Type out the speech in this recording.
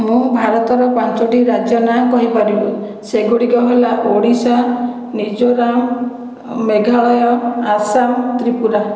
ମୁଁ ଭାରତର ପାଞ୍ଚୋଟି ରାଜ୍ୟ ନାଁ କହିପାରିବି ସେଗୁଡ଼ିକ ହେଲା ଓଡ଼ିଶା ମିଜୋରାମ ମେଘାଳୟ ଆସାମ ତ୍ରିପୁରା